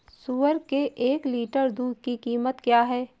सुअर के एक लीटर दूध की कीमत क्या है?